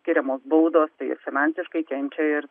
skiriamos baudos tai ir finansiškai kenčia ir